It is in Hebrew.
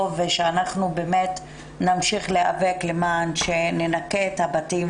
ושאנחנו נמשיך להיאבק למען ניקיון הבתים,